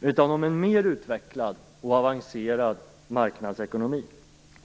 utan om en mer utvecklad och avancerad marknadsekonomi.